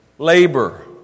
labor